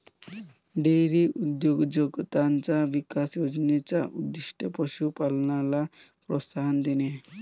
dairy उद्योजकताचा विकास योजने चा उद्दीष्ट पशु पालनाला प्रोत्साहन देणे आहे